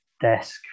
desk